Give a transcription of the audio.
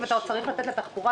צריך לקבל החלטה